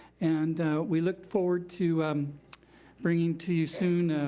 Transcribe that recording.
and we look forward to bringing to you soon,